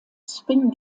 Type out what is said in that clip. spin